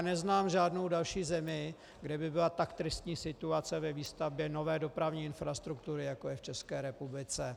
Neznám žádnou zemi, kde by byla tak tristní situace ve výstavbě nové dopravní infrastruktury, jako je v České republice.